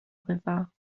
river